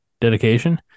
dedication